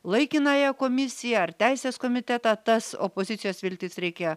laikinąją komisiją ar teisės komitetą tas opozicijos viltis reikia